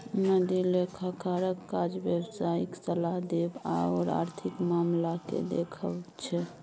सनदी लेखाकारक काज व्यवसायिक सलाह देब आओर आर्थिक मामलाकेँ देखब छै